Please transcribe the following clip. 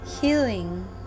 healing